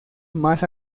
más